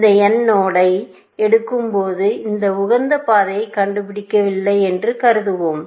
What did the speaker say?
இந்த nநோடை எடுக்கும்போது அது உகந்த பாதையை கண்டுபிடிக்கவில்லை என்று கருதுவோம்